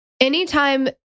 anytime